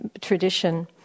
tradition